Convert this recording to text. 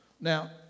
now